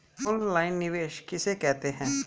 Online निवेश किसे कहते हैं?